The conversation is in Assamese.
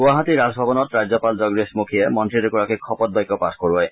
গুৱাহাটীৰ ৰাজভৱনত ৰাজ্যপাল জগদীশ মুখীয়ে মন্ত্ৰী দুগৰাকীকক শপত বাক্য পাঠ কৰোৱায়